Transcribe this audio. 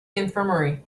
infirmary